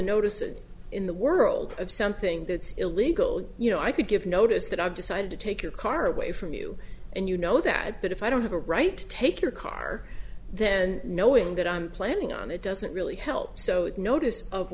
notices in the world of something that's illegal you know i could give notice that i've decided to take your car away from you and you know that but if i don't have a right to take your car then knowing that i'm planning on it doesn't really help so notice o